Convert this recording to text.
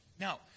Now